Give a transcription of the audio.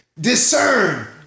discern